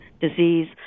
disease